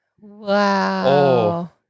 Wow